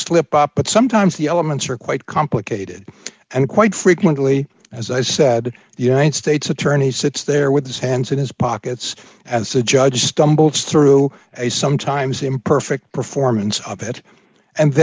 slip up but sometimes the elements are quite complicated and quite frequently as i said the united states attorneys sits there with his hands in his pockets as the judge stumbles through a sometimes imperfect performance of it and